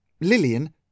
Lillian